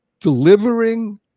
delivering